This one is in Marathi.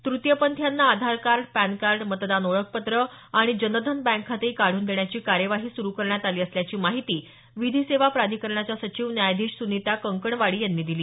तृतीयपंथीयांना आधारकार्ड पॅन कार्ड मतदान ओळखपत्र आणि जनधन बँक खातेही काढून देण्याची कार्यवाही सुरू करण्यात आली असल्याची माहिती विधी सेवा प्राधिकरणाच्या सचिव न्यायाधीश सुनिता कंकणवाडी यांनी दिली